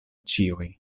ĉiuj